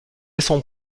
sans